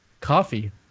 coffee